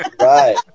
Right